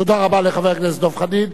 תודה רבה לחבר הכנסת דב חנין.